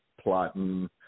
plotting